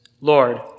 Lord